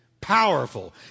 Powerful